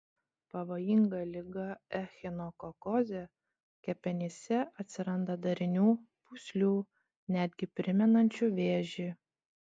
pavojinga liga echinokokozė kepenyse atsiranda darinių pūslių netgi primenančių vėžį